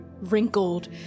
wrinkled